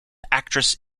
actress